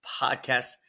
podcast